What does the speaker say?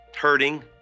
hurting